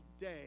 day